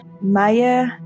Maya